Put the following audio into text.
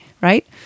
right